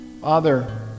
Father